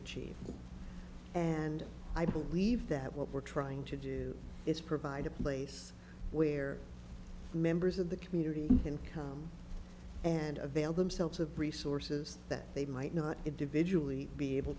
achieve and i believe that what we're trying to do is provide a place where members of the community can come and avail themselves of resources that they might not individually be able